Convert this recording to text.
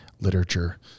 literature